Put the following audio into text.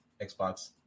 Xbox